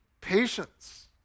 patience